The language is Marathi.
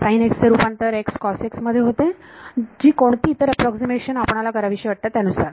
sin x चे रूपांतर xcos x मध्ये होते जी कोणती इतर अॅप्रॉक्सीमेशन आपणाला करावीशी वाटतात त्यानुसार